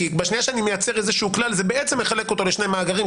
כי בשנייה שאני מייצר איזשהו כלל זה בעצם מחלק אותו לשני מאגרים,